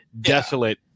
desolate